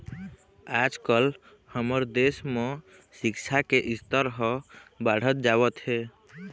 आजकाल हमर देश म सिक्छा के स्तर ह बाढ़त जावत हे